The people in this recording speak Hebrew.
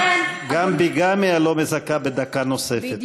גם ביגמיה לא מזכה בדקה נוספת, כן?